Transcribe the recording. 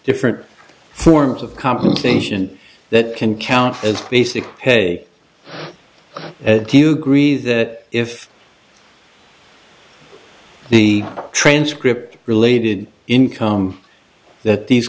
different form of compensation that can count as basic pay do you agree that if the transcript related income that these